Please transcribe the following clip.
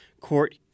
court